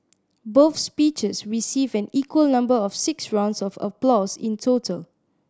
both speeches received an equal number of six rounds of applause in total